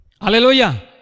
Hallelujah